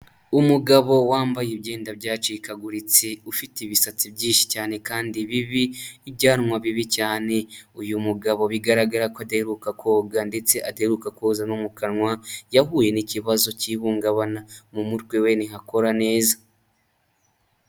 Umugabo wambaye imyenda byacikaguritse, ufite ibisatsi byinshi cyane kandi bibi, n'ibyanwa bibi cyane. Uyu mugabo bigaragara ko adaheruka koga, ndetse adaheruka koza no mu kanwa, yahuye n'ikibazo cy'ihungabana. Mu mutwe we ntihakora neza.